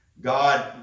God